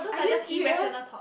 are you serious